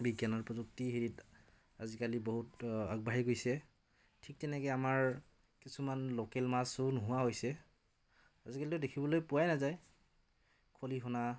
বিজ্ঞানৰ প্ৰযুক্তি হেৰিত আজিকালি বহুত আগবাঢ়ি গৈছে ঠিক তেনেকৈ আমাৰ কিছুমান লোকেল মাছো নোহোৱা হৈছে আজিকালিতো দেখিবলৈ পোৱাই নাযায় খলিহনা